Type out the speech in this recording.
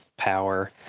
power